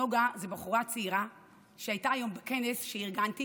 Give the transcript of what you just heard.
נגה זאת בחורה צעירה שהייתה היום בכנס שארגנתי